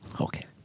Okay